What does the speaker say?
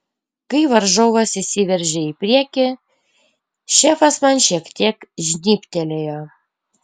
kai varžovas įsiveržė į priekį šefas man šiek tiek žnybtelėjo